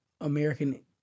American